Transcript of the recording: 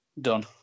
done